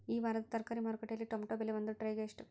ಈ ವಾರದ ತರಕಾರಿ ಮಾರುಕಟ್ಟೆಯಲ್ಲಿ ಟೊಮೆಟೊ ಬೆಲೆ ಒಂದು ಟ್ರೈ ಗೆ ಎಷ್ಟು?